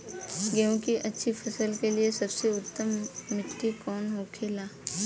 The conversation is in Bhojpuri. गेहूँ की अच्छी फसल के लिए सबसे उत्तम मिट्टी कौन होखे ला?